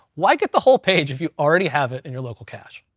why get the whole page if you already have it in your local cache?